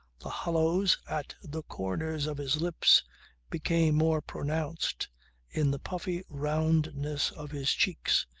the hollows at the corners of his lips became more pronounced in the puffy roundness of his cheeks.